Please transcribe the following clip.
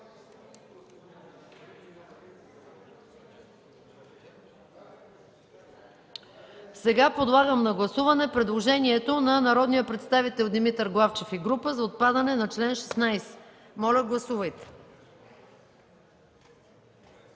ще подложа на гласуване предложението на народния представител Димитър Главчев и група за отпадане на чл. 9, което